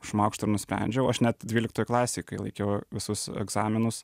šmaukšt ir nusprendžiau aš net dvyliktoj klasėj kai laikiau visus egzaminus